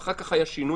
ואז היה שינוי,